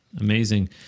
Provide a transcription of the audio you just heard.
Amazing